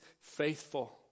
faithful